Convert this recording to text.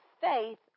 faith